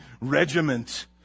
regiment